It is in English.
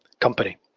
company